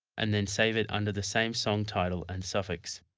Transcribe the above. and then save it under the same song title and suffix.